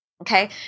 Okay